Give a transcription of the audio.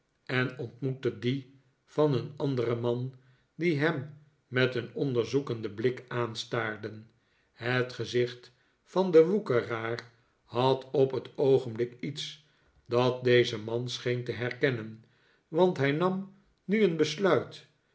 en ontmoette die van een anderen man die hem met een onderzoekenden blik aanstaarden het gezicht van den woekeraar had op het oogenblik iets dat deze man scheen te herkennen want hij nam nu een besluit